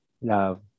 Love